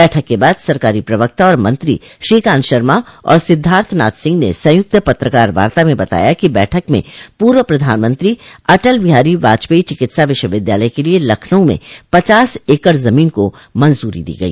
बैठक के बाद सरकारी प्रवक्ता और मंत्री श्रीकांत शर्मा और सिद्धार्थनाथ सिंह ने संयुक्त पत्रकार वार्ता में बताया कि बैठक में पूर्व प्रधानमंत्री अटल बिहारी वाजपेई चिकित्सा विश्वविद्यालय के लिये लखनऊ में पचास एकड़ जमीन को मंजूरी दी गई